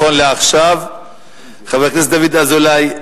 חבר הכנסת דוד אזולאי,